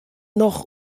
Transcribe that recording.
noch